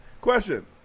Question